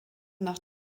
nach